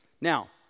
Now